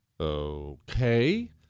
okay